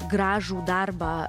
gražų darbą